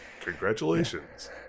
Congratulations